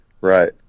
Right